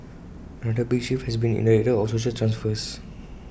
another big shift has been in the area of social transfers